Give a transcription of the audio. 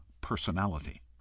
personality